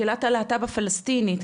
קהילת הלהט"ב הפלסטינית,